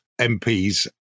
MPs